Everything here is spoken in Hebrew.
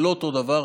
זה לא אותו הדבר.